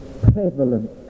prevalent